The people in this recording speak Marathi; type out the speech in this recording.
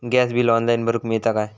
गॅस बिल ऑनलाइन भरुक मिळता काय?